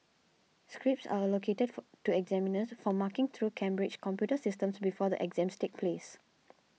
scripts are allocated to examiners for marking through Cambridge's computer systems before the exams take place